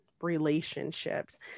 relationships